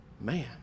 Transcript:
Man